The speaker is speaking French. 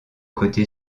côté